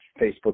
Facebook